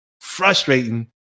frustrating